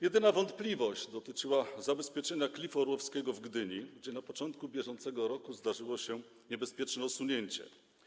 Jedyna wątpliwość dotyczyła zabezpieczenia Klifu Orłowskiego w Gdyni, gdzie na początku bieżącego roku zdarzyło się niebezpieczne osunięcie.